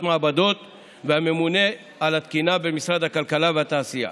מעבדות ומהממונה על התקינה במשרד הכלכלה והתעשייה.